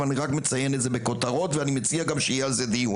אבל אני רק מציין את זה בכותרות ואני מציע גם שיהיה על זה דיון,